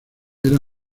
era